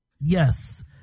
Yes